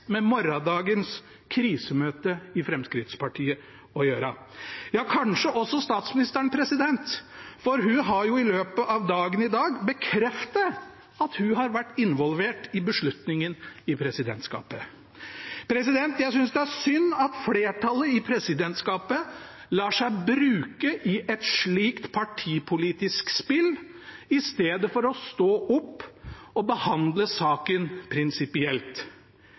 med morgendagens krisemøte i Fremskrittspartiet å gjøre. Ja, kanskje også statsministeren, for hun har i løpet av dagen i dag bekreftet at hun har vært involvert i beslutningen i presidentskapet. Jeg synes det er synd at flertallet i presidentskapet lar seg bruke i et slikt partipolitisk spill i stedet for å stå opp og behandle saken prinsipielt.